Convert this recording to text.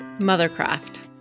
Mothercraft